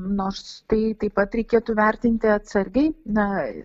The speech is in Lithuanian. nors tai taip pat reikėtų vertinti atsargiai na